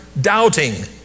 doubting